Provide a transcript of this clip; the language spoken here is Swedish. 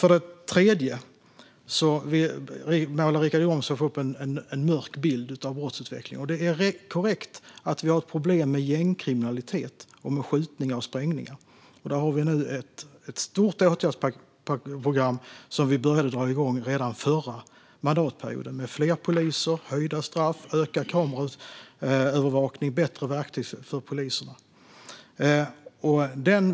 Richard Jomshof målar upp en mörk bild av brottsutvecklingen. Det är korrekt att vi har problem med gängkriminalitet och med skjutningar och sprängningar. Där har vi ett stort åtgärdsprogram som vi började att dra igång redan förra mandatperioden med fler poliser, höjda straff, ökad kameraövervakning och bättre verktyg för poliserna.